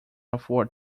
afford